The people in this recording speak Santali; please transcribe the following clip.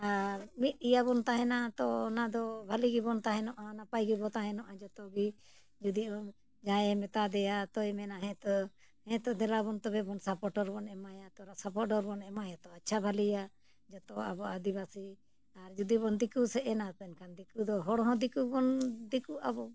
ᱟᱨ ᱢᱤᱫ ᱤᱭᱟᱹᱵᱚᱱ ᱛᱟᱦᱮᱱᱟ ᱛᱚ ᱚᱱᱟᱫᱚ ᱵᱷᱟᱞᱮ ᱜᱮᱵᱚᱱ ᱛᱟᱦᱮᱱᱚᱜᱼᱟ ᱱᱟᱯᱟᱭ ᱜᱮᱵᱚᱱ ᱛᱟᱦᱮᱱᱚᱜᱼᱟ ᱡᱚᱛᱚᱜᱮ ᱡᱩᱫᱤ ᱡᱟᱦᱟᱸᱭᱮ ᱢᱮᱛᱟ ᱫᱮᱭᱟ ᱛᱳᱭ ᱢᱮᱱᱟ ᱦᱮᱸᱛᱚ ᱦᱮᱸᱛᱚ ᱫᱮᱞᱟᱵᱚᱱ ᱛᱚᱵᱮᱵᱚᱱ ᱥᱟᱯᱚᱴᱚᱨᱵᱚᱱ ᱮᱢᱟᱭᱟ ᱛᱚ ᱚᱱᱟ ᱥᱟᱯᱚᱴᱚᱨᱵᱚᱱ ᱮᱢᱟᱭᱟᱛᱚ ᱟᱪᱪᱷᱟ ᱵᱷᱟᱹᱞᱤ ᱡᱚᱛᱚ ᱟᱵᱚ ᱟᱹᱫᱤᱵᱟᱹᱥᱤ ᱟᱨ ᱡᱩᱫᱤᱵᱚᱱ ᱫᱤᱠᱩ ᱥᱮᱫ ᱮᱱᱟ ᱮᱱᱠᱷᱟᱱ ᱫᱤᱠᱩ ᱫᱚ ᱦᱚᱲ ᱦᱚᱸ ᱫᱤᱠᱩ ᱵᱚᱱ ᱫᱤᱠᱩᱜ ᱟᱵᱚ